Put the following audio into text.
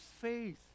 faith